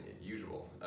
usual